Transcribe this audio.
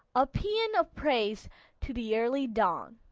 a paean of praise to the early dawn.